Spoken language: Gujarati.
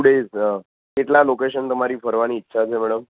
ટુ ડેઈઝ કેટલા લોકેશન તમારી ફરવાની ઈચ્છા છે મેડમ